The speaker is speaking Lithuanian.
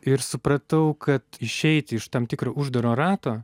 ir supratau kad išeiti iš tam tikro uždaro rato